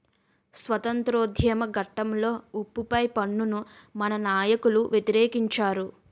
స్వాతంత్రోద్యమ ఘట్టంలో ఉప్పు పై పన్నును మన నాయకులు వ్యతిరేకించారు